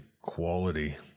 quality